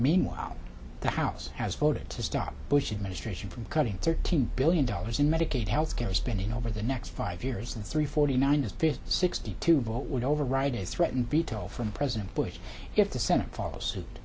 meanwhile the house has voted to stop bush administration from cutting thirteen billion dollars in medicaid healthcare spending over the next five years and three forty nine to fifty sixty two vote would override is threatened be told from president bush if the senate follows suit